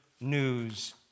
news